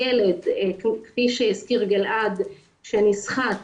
ילד, כפי שהזכיר גלעד, שנסחט